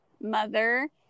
mother